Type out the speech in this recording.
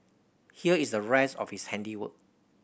here is the rest of his handiwork